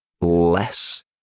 less